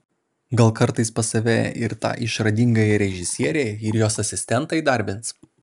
gal kartais pas save ir tą išradingąją režisierę ir jos asistentą įdarbins